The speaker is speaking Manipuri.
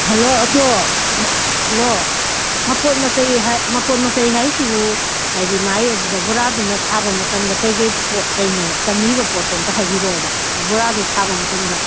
ꯍꯜꯂꯣ ꯑꯗꯣ ꯍꯜꯂꯣ ꯃꯄꯣꯠ ꯃꯆꯩ ꯍꯥꯏꯔꯒ ꯃꯄꯣꯠ ꯃꯆꯩ ꯍꯥꯏꯔꯤꯁꯤꯕꯨ ꯍꯥꯏꯗꯤ ꯃꯥꯒꯤ ꯑꯗꯨꯗ ꯕꯣꯔꯥꯗꯨꯃ ꯁꯥꯕ ꯃꯇꯝꯗ ꯀꯔꯤ ꯀꯔꯤ ꯄꯣꯠꯆꯩꯅꯣꯕ ꯆꯪꯉꯤꯕ ꯄꯣꯠꯇꯣ ꯑꯝꯇ ꯍꯥꯏꯕꯤꯔꯛꯑꯣꯕ ꯕꯣꯔꯥꯗꯨ ꯁꯥꯕ ꯃꯇꯝꯗ